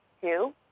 two